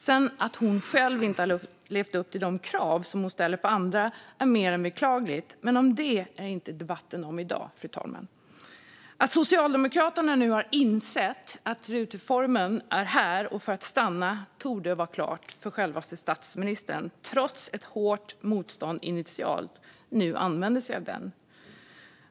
Att hon sedan själv inte har levt upp till de krav som hon ställer på andra är mer än beklagligt, men det är inte detta som debatten handlar om i dag. Att Socialdemokraterna nu har insett att rutreformen är här för att stanna torde vara klart då självaste statsministern, trots ett hårt motstånd initialt, nu använder sig av den.